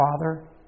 Father